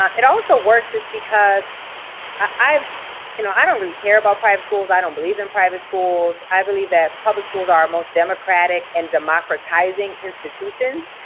um it also works just because i'm you know, i don't really care about private schools, i don't believe in private schools. i believe that public schools are our most democratic and democratizing institutions,